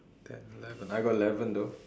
ten eleven I got eleven though